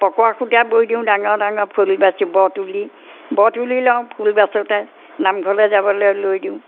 পকোৱা সুতীয়া বৈ দিওঁ ডাঙৰ ডাঙৰ ফুল বাচি ব তুলি ব তুলি লওঁ ফুল বাচোঁতে নামঘৰলৈ যাবলৈ লৈ দিওঁ